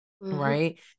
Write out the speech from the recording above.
right